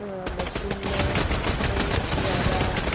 machine में ज़्यादा